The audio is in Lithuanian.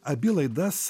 abi laidas